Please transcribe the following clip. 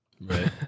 Right